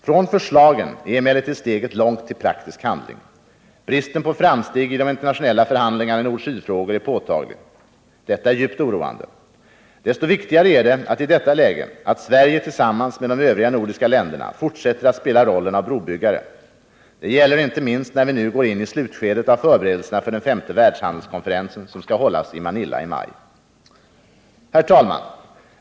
Från förslagen är emellertid steget långt till praktisk handling. Bristen på framsteg i de internationella förhandlingarna i nord-sydfrågor är påtaglig. Detta är djupt oroande. Desto viktigare är det i detta läge att Sverige tillsammans med de övriga nordiska länderna fortsätter att spela rollen av brobyggare. Det gäller inte minst när vi nu går in i slutskedet av förberedelserna för den femte Världshandelskonferensen, som skall hållas i Manila i maj. Herr talman!